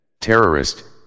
Terrorist